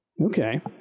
Okay